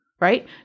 right